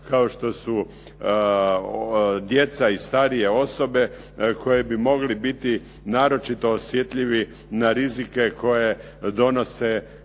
kao što su djeca i starije osobe koji bi mogli biti naročito osjetljivi na rizike koje donose